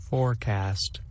Forecast